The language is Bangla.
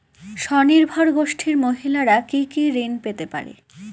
স্বনির্ভর গোষ্ঠীর মহিলারা কি কি ঋণ পেতে পারে?